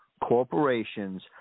corporations